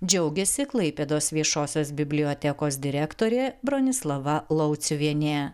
džiaugiasi klaipėdos viešosios bibliotekos direktorė bronislava lauciuvienė